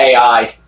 AI